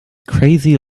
crazy